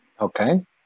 Okay